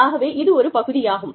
ஆகவே இது ஒரு பகுதியாகும்